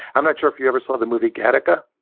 i'm not sure if you ever saw the movie gattaca.